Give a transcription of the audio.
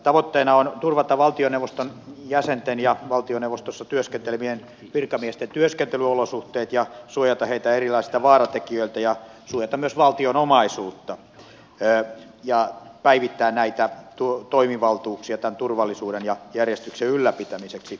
tavoitteena on turvata valtioneuvoston jäsenten ja valtioneuvostossa työskentelevien virkamiesten työskentelyolosuhteet ja suojata heitä erilaisilta vaaratekijöiltä ja suojata myös valtion omaisuutta ja päivittää toimivaltuuksia turvallisuuden ja järjestyksen ylläpitämiseksi